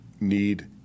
need